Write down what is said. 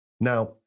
Now